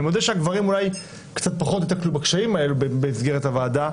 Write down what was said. אני מודה שגברים אולי קצת פחות יתקלו בקשיים האלה במסגרת הוועדה,